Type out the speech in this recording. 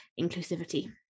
inclusivity